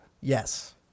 Yes